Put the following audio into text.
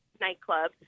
nightclub